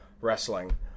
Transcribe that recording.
wrestling